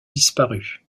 disparu